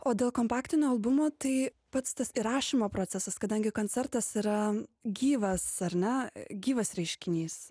o dėl kompaktinio albumo tai pats tas įrašymo procesas kadangi koncertas yra gyvas ar ne gyvas reiškinys